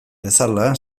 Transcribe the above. bezala